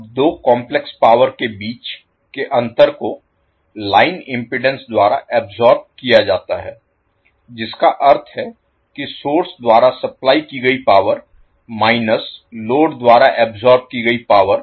अब दो complex power के बीच के अंतर को लाइन इम्पीडेन्स द्वारा अब्सोर्ब किया जाता है जिसका अर्थ है कि सोर्स द्वारा सप्लाई की गई पावर माइनस लोड द्वारा अब्सोर्ब की गई पावर